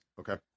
Okay